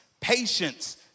patience